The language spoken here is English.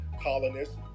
Colonists